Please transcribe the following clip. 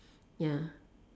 ya